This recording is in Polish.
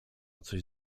coś